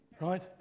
Right